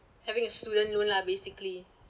having a student loan lah basically